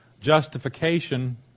justification